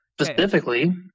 Specifically